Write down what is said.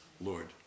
Lord